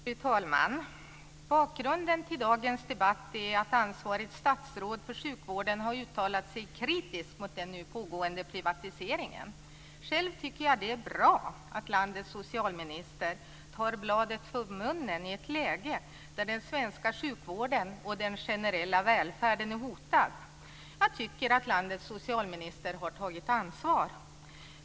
Fru talman! Bakgrunden till dagens debatt är att ansvarigt statsråd för sjukvården har uttalat sig kritiskt mot den nu pågående privatiseringen. Själv tycker jag att det är bra att landets socialminister tar bladet från munnen i ett läge där den svenska sjukvården och den generella välfärden är hotade. Jag tycker att landets socialminister har tagit ansvar.